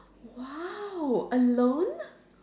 !wow! alone